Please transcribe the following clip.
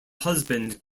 husband